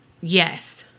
Yes